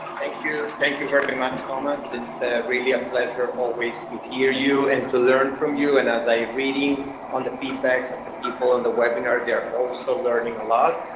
thank you, thank you very much, thomas. it's really a pleasure always to hear you, and to learn from you, and as i reading on the feedbacks of the people on the webinar, they are also learning a lot.